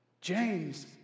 James